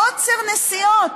עוצר נסיעות.